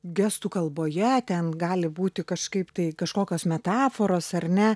gestų kalboje ten gali būti kažkaip tai kažkokios metaforos ar ne